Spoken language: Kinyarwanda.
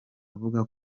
avuga